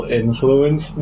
influence